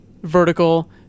vertical